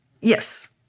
Yes